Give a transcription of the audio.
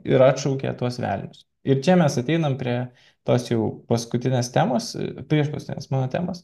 ir atšaukė tuos velnius ir čia mes ateiname prie tos jau paskutinės temos prieš paskutinės mano temos